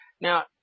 Now